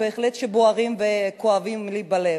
בהחלט שבוערים וכואבים לי בלב.